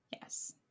Yes